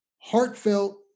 heartfelt